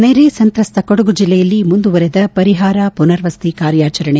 ನೆರೆ ಸಂತ್ರಸ್ತ ಕೊಡಗು ಜಿಲ್ಲೆಯಲ್ಲಿ ಮುಂದುವರೆದ ಪರಿಹಾರ ಮನರ್ವಸತಿ ಕಾರ್ಯಾಚರಣೆ